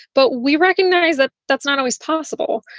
but we recognize that that's not always possible.